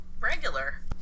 regular